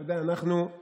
אתה יודע, מנהג